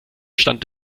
stand